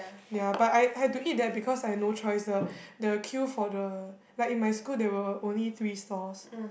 ya but I have to eat that because I have no choice lah the queue for the like in my school there were only three stalls